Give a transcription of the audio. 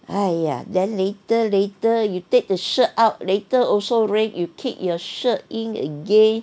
!haiya! then later later you take the shirt out later also rain you keep your shirt in again